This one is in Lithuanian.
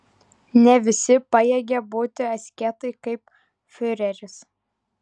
ne visi pajėgia būti asketai kaip fiureris